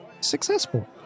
successful